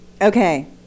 okay